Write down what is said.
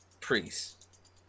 priests